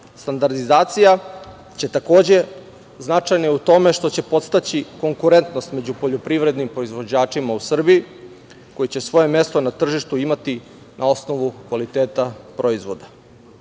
plaća. Standardizacija je značajna je u tome što će podstaći konkurentnost među poljoprivrednim proizvođačima u Srbiji koji će svoje mesto na tržištu imati na osnovu kvaliteta proizvoda.